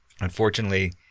unfortunately